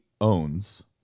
owns